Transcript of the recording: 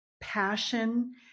passion